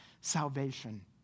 salvation